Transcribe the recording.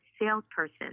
salesperson